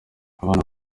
abana